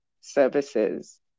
services